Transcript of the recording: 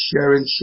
sharing